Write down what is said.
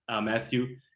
Matthew